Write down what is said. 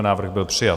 Návrh byl přijat.